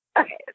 Okay